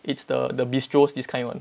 it's the the bistros this kind [one]